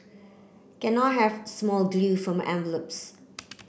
can I have small glue for my envelopes